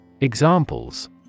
Examples